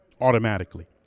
automatically